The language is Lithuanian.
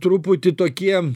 truputį tokie